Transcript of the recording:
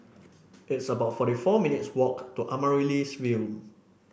it's about forty four minutes' walk to Amaryllis Ville